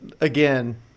again